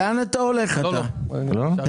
לאן אתה הולך, אדוני?